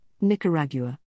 Nicaragua